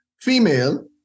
female